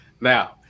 Now